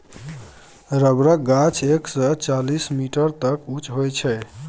रबरक गाछ एक सय चालीस मीटर तक उँच होइ छै